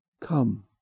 Come